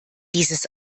dieses